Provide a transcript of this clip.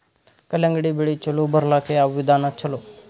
ಕಲ್ಲಂಗಡಿ ಬೆಳಿ ಚಲೋ ಬರಲಾಕ ಯಾವ ವಿಧಾನ ಚಲೋ?